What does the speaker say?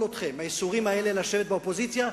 אתכם מהייסורים האלה של ישיבה באופוזיציה.